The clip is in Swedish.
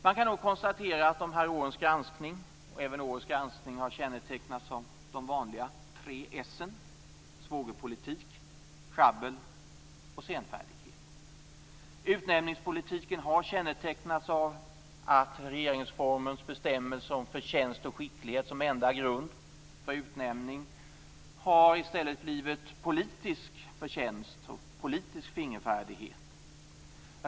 Man kan konstatera att de här årens och även årets granskning har kännetecknats av de vanliga tre s:en: svågerpolitik, sjabbel och senfärdighet. Utnämningspolitiken har kännetecknats av att regeringsformens bestämmelse om förtjänst och skicklighet som enda grund för utnämning i stället har blivit politisk förtjänst och politisk fingerfärdighet.